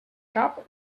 cap